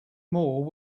more